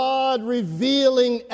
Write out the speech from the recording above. God-revealing